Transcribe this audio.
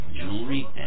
jewelry